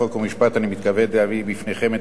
חוק ומשפט אני מתכבד להביא בפניכם את